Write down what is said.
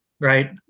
Right